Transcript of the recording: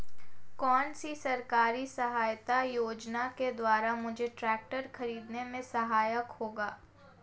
कौनसी सरकारी सहायता योजना के द्वारा मुझे ट्रैक्टर खरीदने में सहायक होगी?